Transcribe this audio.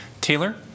Taylor